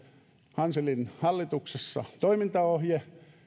hanselin hallituksessa toimintaohje